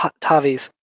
Tavi's